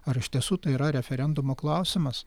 ar iš tiesų tai yra referendumo klausimas